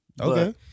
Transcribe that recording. Okay